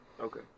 Okay